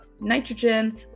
nitrogen